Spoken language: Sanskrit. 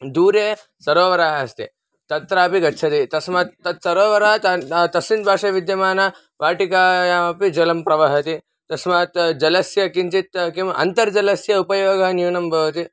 दूरे सरोवरः अस्ति तत्रापि गच्छति तस्मात् तत्सरोवरात् ता तस्मिन् पार्श्वे विद्यमाना वाटिकायामपि जलं प्रवहति तस्मात् जलस्य किञ्चित् किम् अन्तर्जलस्य उपयोगः न्यूनं भवति